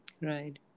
Right